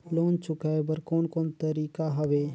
Loan चुकाए बर कोन कोन तरीका हवे?